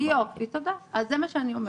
זה מה שאני אומרת.